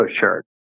shirt